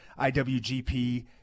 IWGP